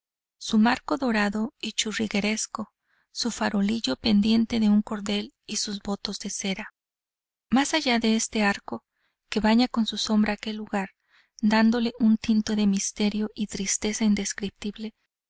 su marco dorado y churrigueresco su farolillo pendiente de un cordel y sus votos de cera más allá de este arco que baña con su sombra aquel lugar dándole un tinte de misterio y tristeza indescriptible